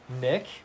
nick